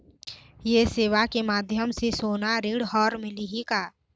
ये सेवा के माध्यम से सोना ऋण हर मिलही का?